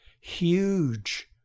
huge